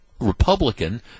Republican